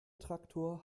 traktor